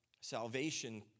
Salvation